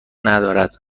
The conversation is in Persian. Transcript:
ندارد